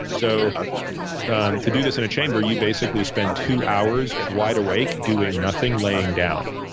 so to do this in a chamber, you basically spend two hours wide awake doing nothing, laying down.